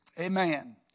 Amen